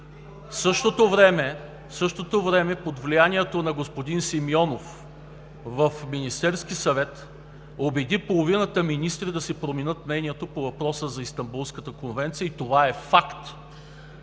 В същото време под влиянието на господин Симеонов в Министерски съвет убеди половината министри да си променят мнението по въпроса за Истанбулската конвенция и това е факт.